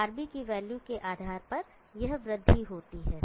RB की value के आधार पर यह वृद्धि होती है